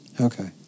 Okay